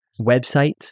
website